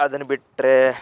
ಅದನ್ನ ಬಿಟ್ಟರೆ